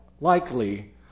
likely